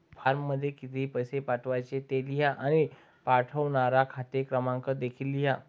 फॉर्ममध्ये किती पैसे पाठवायचे ते लिहा आणि पाठवणारा खाते क्रमांक देखील लिहा